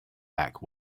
back